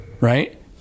right